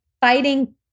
fighting